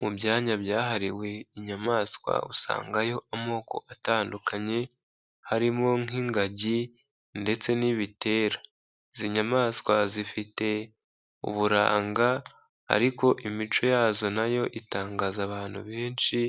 Mu byanya byahariwe inyamaswa usangayo amoko atandukanye harimwo nk'ingagi ndetse n'ibitera. Izi nyamaswa zifite uburanga ariko imico yazo na yo itangaza abantu benshi,